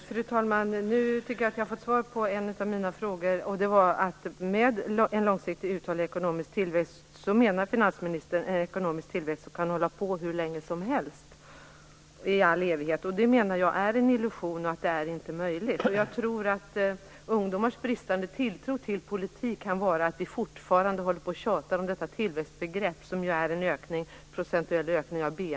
Fru talman! Nu tycker jag att jag har fått svar på en av mina frågor - att finansministern med en långsiktigt uthållig ekonomisk tillväxt menar en ekonomisk tillväxt som kan hålla på hur länge som helst och i all evighet. Jag menar att detta är en illusion - det är inte möjligt. Jag tror att ungdomars bristande tilltro till politik kan bero på att vi fortfarande håller på att tjata om detta tillväxtbegrepp som ju är en procentuell ökning av BNP.